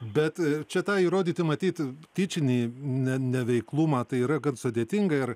bet čia tą įrodyti matyt tyčinį ne neveiklumą tai yra gan sudėtinga ir